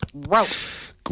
Gross